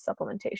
supplementation